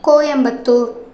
Coimbatore